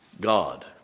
God